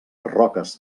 roques